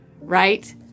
right